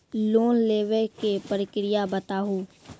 Loan लेवे के प्रक्रिया बताहू?